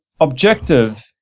objective